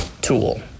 tool